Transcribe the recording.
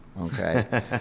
okay